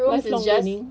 this is just learning